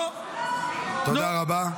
תודה רבה.